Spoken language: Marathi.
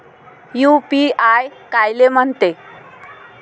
यू.पी.आय कायले म्हनते?